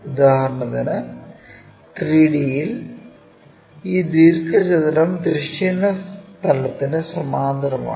ഉദാഹരണത്തിന് 3D യിൽ ഈ ദീർഘചതുരം തിരശ്ചീന തലത്തിന് സമാന്തരമാണ്